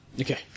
Okay